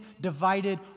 divided